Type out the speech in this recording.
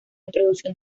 introducción